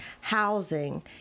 housing